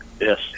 Yes